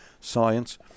science